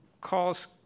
calls